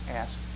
ask